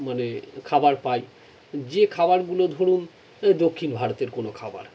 মানে খাবার পাই যে খাবারগুলো ধরুন এ দক্ষিণ ভারতের কোনও খাবার